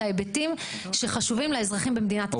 ההיבטים שחשובים לאזרחים במדינת ישראל.